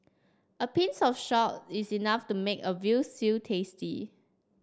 a pinch of salt is enough to make a veal stew tasty